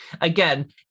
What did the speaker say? again